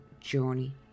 journey